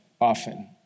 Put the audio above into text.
often